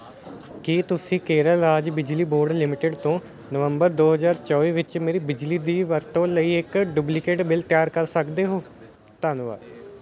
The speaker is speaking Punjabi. ਕੀ ਤੁਸੀਂ ਕੇਰਲ ਰਾਜ ਬਿਜਲੀ ਬੋਰਡ ਲਿਮਟਿਡ ਤੋਂ ਨਵੰਬਰ ਦੋ ਹਜ਼ਾਰ ਚੌਵੀ ਵਿੱਚ ਮੇਰੀ ਬਿਜਲੀ ਦੀ ਵਰਤੋਂ ਲਈ ਇੱਕ ਡੁਪਲੀਕੇਟ ਬਿੱਲ ਤਿਆਰ ਕਰ ਸਕਦੇ ਹੋ ਧੰਨਵਾਦ